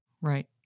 Right